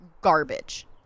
garbage